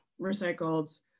recycled